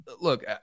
look